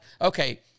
okay